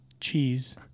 cheese